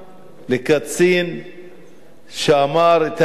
לקצין שאמר את האמת